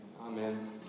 Amen